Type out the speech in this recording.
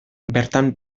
bertan